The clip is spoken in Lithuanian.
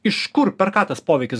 iš kur per ką tas poveikis